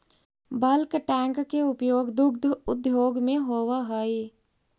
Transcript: bulk tank के उपयोग दुग्ध उद्योग में होवऽ हई